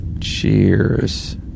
Cheers